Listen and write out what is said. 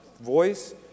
voice